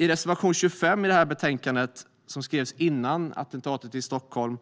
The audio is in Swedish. I reservation 25 i betänkandet, som skrevs före attentatet i Stockholm,